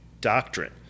doctrine